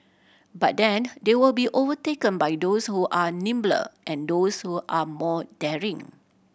but then they will be overtaken by those who are nimbler and those who are more daring